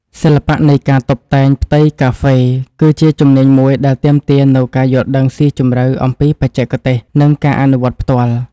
សិល្បៈនៃការតុបតែងផ្ទៃកាហ្វេ គឺជាជំនាញមួយដែលទាមទារនូវការយល់ដឹងស៊ីជម្រៅអំពីបច្ចេកទេស និងការអនុវត្តផ្ទាល់។